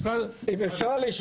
אם אפשר לשמוע נתונים.